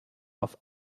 auf